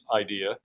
idea